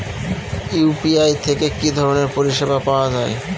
UPI থেকে কি ধরণের পরিষেবা পাওয়া য়ায়?